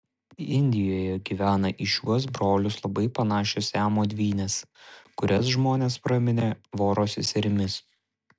indijoje gyvena į šiuos brolius labai panašios siamo dvynės kurias žmonės praminė voro seserimis